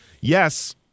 yes